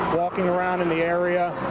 walking around in the area,